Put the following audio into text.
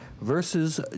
versus